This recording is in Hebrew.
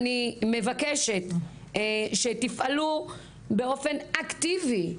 אני מבקשת שתפעלו באופן אקטיבי.